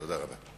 תודה רבה.